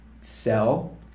sell